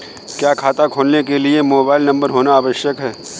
क्या खाता खोलने के लिए मोबाइल नंबर होना आवश्यक है?